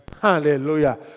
Hallelujah